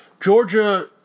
Georgia